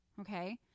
Okay